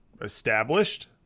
established